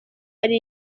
ari